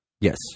Yes